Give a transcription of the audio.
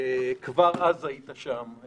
כבר אז היית שם,